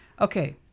Okay